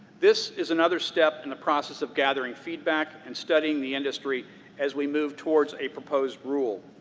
this is another step in the process of gathering feedback and studying the industry as we move towards a proposed rule.